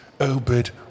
Obed